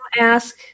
ask